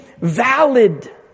valid